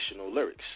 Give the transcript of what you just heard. lyrics